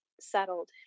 settled